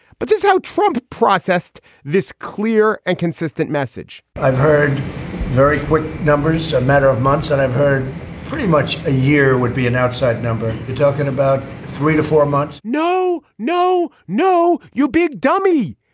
but that's how trump processed this clear and consistent message i've heard very quick numbers. a matter of months that i've heard pretty much a year would be an outside number. you're talking about three to four months no, no, no. you big dummy.